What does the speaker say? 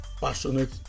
passionate